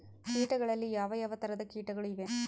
ಕೇಟಗಳಲ್ಲಿ ಯಾವ ಯಾವ ತರಹದ ಕೇಟಗಳು ಇವೆ?